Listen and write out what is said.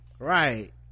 Right